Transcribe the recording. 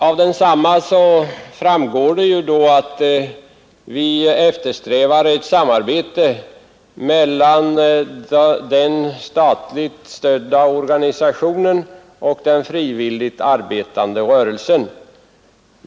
Av denna framgår att vi eftersträvar ett samarbete mellan den statligt stödda organisationen och den frivilligt arbetande rörelsen.